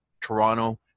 Toronto